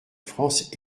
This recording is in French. france